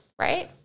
right